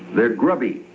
they're grubby,